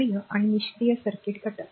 सक्रिय आणि निष्क्रिय सर्किट घटक